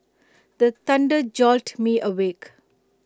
the thunder jolt me awake